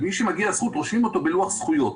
למי שמגיעה הזכות, רושמים אותו בלוח זכויות.